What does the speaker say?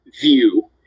view